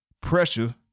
Pressure